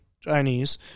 Chinese